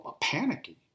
panicky